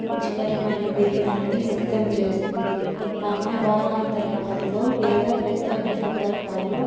రుచికరమైన బిర్యానీని సిద్ధం చేస్తుంది ఆమె వారాంతలల్లో లేదా ప్రత్యేక సందర్భాల్లో